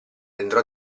entrò